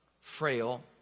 frail